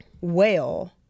whale